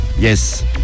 Yes